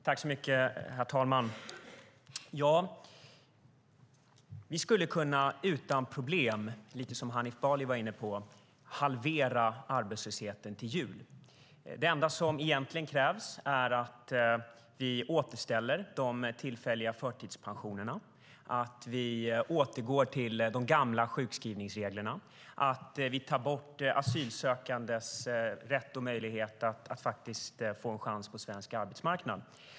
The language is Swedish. Herr talman! Vi skulle utan problem, lite som Hanif Bali var inne på, kunna halvera arbetslösheten till jul. Det enda som egentligen krävs är att vi återställer de tillfälliga förtidspensionerna, att vi återgår till de gamla sjukskrivningsreglerna och att vi tar bort asylsökandes rätt och möjlighet att faktiskt få en chans på svensk arbetsmarknad.